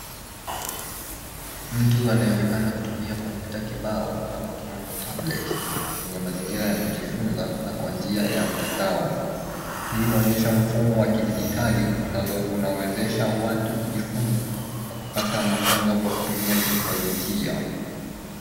Mtu anayeonekana kutumia kompyuta kibao ama kwa kimombo tablet , kwenye mazingira ya kujifunza na kwa njia ya mtandao. Hii inaonyesha mfumo wa kidijitali unaowezesha watu kujifunza, na kupata mafunzo kwa kutumia teknolojia.